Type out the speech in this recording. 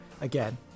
again